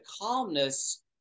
calmness